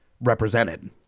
represented